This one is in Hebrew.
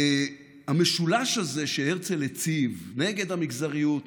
המשולש הזה שהרצל הציב נגד המגזריות,